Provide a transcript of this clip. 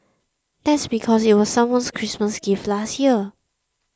that's because it was someone's Christmas gift last year